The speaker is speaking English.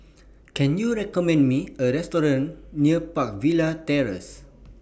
Can YOU recommend Me A Restaurant near Park Villas Terrace